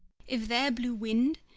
if there blew wind,